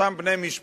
אותם בני משפחות,